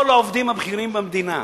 כל העובדים הבכירים במדינה,